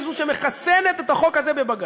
היא שמחסנת את החוק הזה בבג"ץ.